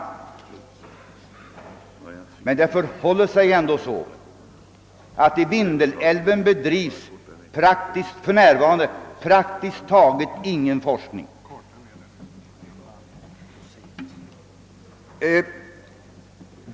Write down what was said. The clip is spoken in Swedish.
Emellertid förhåller det sig ändå så att i Vindelälven bedrivs för närvarande praktiskt taget ingen forskning.